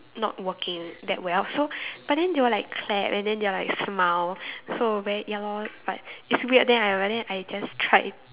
not working that well so but then they will like clap and then they will like smile so very ya lor but it's weird then I but then I just tried